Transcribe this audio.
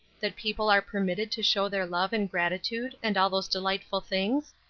that people are permitted to show their love and gratitude and all those delightful things?